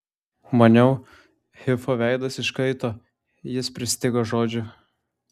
maniau hifo veidas iškaito jis pristigo žodžių